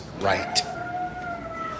right